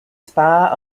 spa